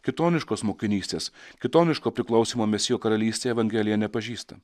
kitoniškos mokinystės kitoniško priklausymo mesijo karalystei evangelija nepažįsta